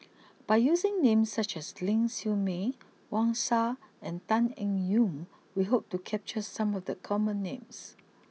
by using names such as Ling Siew May Wang Sha and Tan Eng Yoon we hope to capture some of the common names